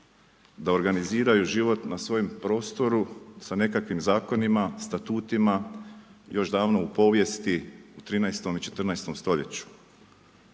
da organiziraju život na svojem prostru, sa nekakvim zakonima, statutima, još davno u povijesti 13. i 14. st.